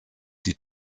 die